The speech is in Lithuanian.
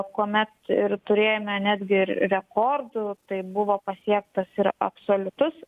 kuomet ir turėjome netgi ir rekordų tai buvo pasiektas ir absoliutus